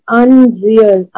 unreal